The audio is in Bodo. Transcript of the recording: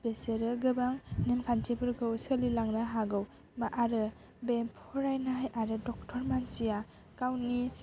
बेसोरो गोबां नेमखान्थिफोरखौ सोलिलांनो हागौ बा आरो बे फरायनाय आरो डक्टर मानसिया गावनि